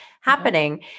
happening